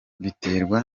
biterwa